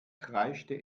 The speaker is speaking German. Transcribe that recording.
kreischte